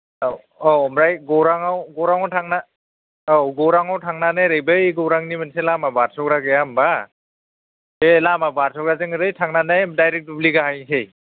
अ औ ओमफ्राय गौरांआव गौरांआव थांना औ गौरांआव थांनानै ओरै बै गौरांनि मोनसे लामा बारस'ग्रा गैया होमबा बे लामा बारस'ग्राजों ओरै थांनानै डायरेक्ट दुब्लि गाहैनोसै